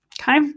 okay